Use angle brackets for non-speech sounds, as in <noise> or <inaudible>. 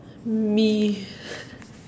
me <breath>